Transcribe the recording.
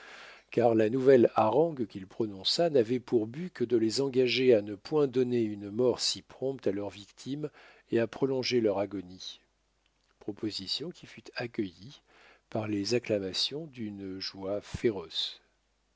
car la nouvelle harangue qu'il prononça n'avait pour but que de les engager à ne point donner une mort si prompte à leurs victimes et à prolonger leur agonie proposition qui fut accueillie par les acclamations d'une joie féroce